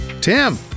Tim